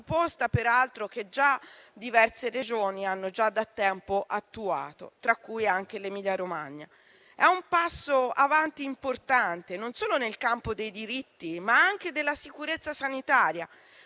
Proposta, peraltro, che diverse Regioni hanno già da tempo attuato, tra cui anche l'Emilia Romagna. È un passo avanti importante, non solo nel campo dei diritti, ma anche della sicurezza sanitaria.